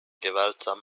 gewaltsam